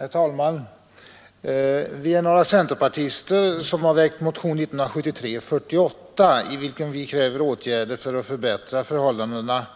Herr talman! Vi är några centerpartister som har väckt motionen nr 1973:48, i vilken vi kräver åtgärder för att förbättra åtgärderna